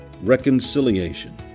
reconciliation